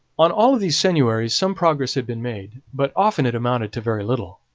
on all of these seigneuries some progress had been made, but often it amounted to very little.